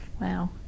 Wow